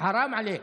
חראם עליכ.